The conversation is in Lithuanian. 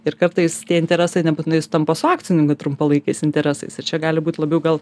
ir kartais tie interesai nebūtinai sutampa su akcininkų trumpalaikiais interesais ir čia gali būt labiau gal